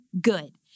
good